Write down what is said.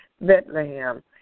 Bethlehem